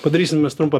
padarysim mes trumpą